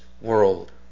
world